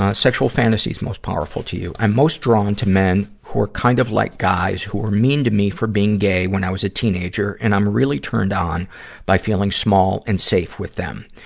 ah sexual fantasies most powerful to you i'm most drawn to men who are kind of like guys who were mean to me for being gay when i was a teenager, and i'm really turned on by feeling small and safe with them.